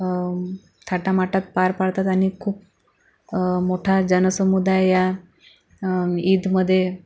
थाटामाटात पार पाडतात आणि खूप मोठा जनसमुदाय या ईदमधे